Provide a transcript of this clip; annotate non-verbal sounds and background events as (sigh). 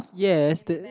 yes (noise)